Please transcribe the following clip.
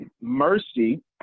Mercy